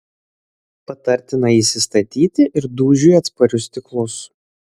patartina įsistatyti ir dūžiui atsparius stiklus